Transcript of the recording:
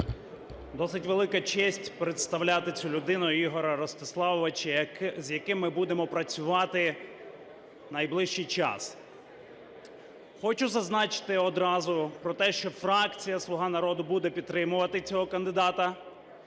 Досить велика честь представляти цю людину – Ігоря Ростиславовича, з яким ми будемо працювати найближчий час. Хочу зазначити одразу про те, що фракція "Слуга народу" буде підтримувати цього кандидата